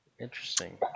Interesting